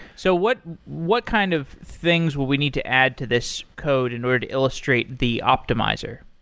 so what what kind of things will we need to add to this code in order to illustrate the optimizer?